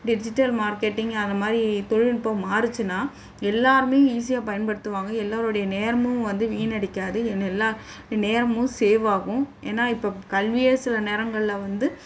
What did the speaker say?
digital marketing அந்த மாரி தொழில்நுட்பம் மாறுச்சுன்னா எல்லாருமே ஈஸியாக பயன்படுத்துவாங்க எல்லாருடைய நேரமும் வந்து வீண்ணடிக்காது எல்லா நேரமும் சேவ் ஆகும் ஏன்னா இப்போ கல்வியே சில நேரங்களில் வந்து